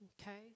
Okay